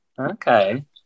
Okay